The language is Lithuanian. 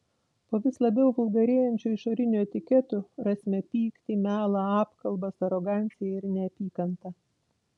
po vis labiau vulgarėjančiu išoriniu etiketu rasime pyktį melą apkalbas aroganciją ir neapykantą